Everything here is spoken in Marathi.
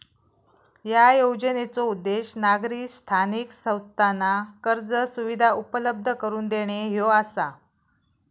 या योजनेचो उद्देश नागरी स्थानिक संस्थांना कर्ज सुविधा उपलब्ध करून देणे ह्यो आसा